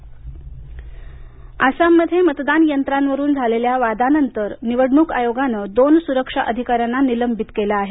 आसाम आसाममध्ये मतदान यंत्रावरून झालेल्या वादानंतर निवडणूक आयोगानं दोन सुरक्षा अधिकाऱ्यांना निलंबित केलं आहे